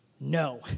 No